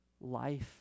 life